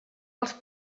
els